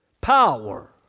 Power